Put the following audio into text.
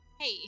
Hey